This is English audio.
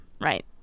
right